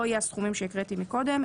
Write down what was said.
לא יהיו הסכומים שהקראתי מקודם,